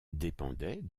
dépendait